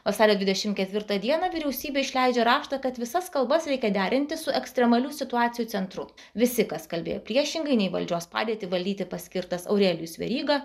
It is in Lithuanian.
vasario dvidešimt ketvirtą dieną vyriausybė išleidžia raštą kad visas kalbas reikia derinti su ekstremalių situacijų centru visi kas kalbėjo priešingai nei valdžios padėtį valyti paskirtas aurelijus veryga